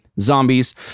Zombies